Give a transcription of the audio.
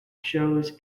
shows